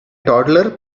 toddler